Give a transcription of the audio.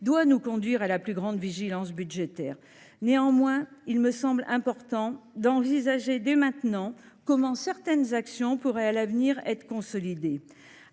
doit nous conduire à la plus grande vigilance budgétaire. Néanmoins, il me semble important d’envisager dès maintenant comment certaines actions pourraient à l’avenir être consolidées.